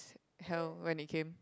hell when it came